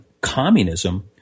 communism